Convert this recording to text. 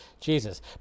Jesus